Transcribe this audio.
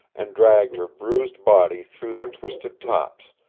and dragged her bruised body through their twisted tops,